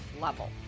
level